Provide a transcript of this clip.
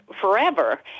forever